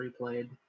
replayed